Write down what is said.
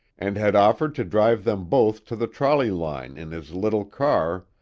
and had offered to drive them both to the trolley line in his little car,